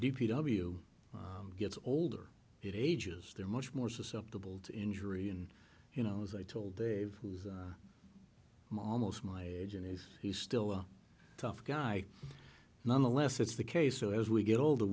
w gets older it ages they're much more susceptible to injury and you know as i told dave i'm almost my age and as he's still a tough guy nonetheless that's the case so as we get older